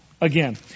again